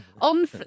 on